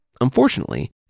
Unfortunately